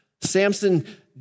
Samson